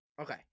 Okay